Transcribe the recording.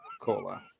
cola